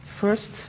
first